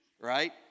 right